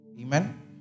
Amen